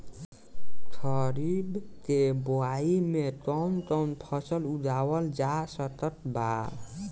खरीब के बोआई मे कौन कौन फसल उगावाल जा सकत बा?